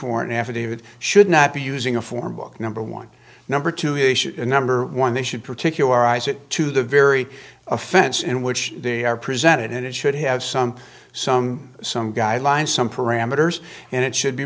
warrant affidavit should not be using a form book number one number two issue number one they should particularize it to the very offense in which they are presented it should have some some some guidelines some parameters and it should be